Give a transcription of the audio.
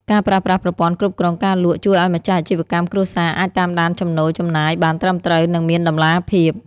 ការប្រើប្រាស់ប្រព័ន្ធគ្រប់គ្រងការលក់ ជួយឱ្យម្ចាស់អាជីវកម្មគ្រួសារអាចតាមដានចំណូលចំណាយបានត្រឹមត្រូវ និងមានតម្លាភាព។